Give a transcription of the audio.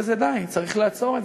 דרך אגב,